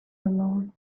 alone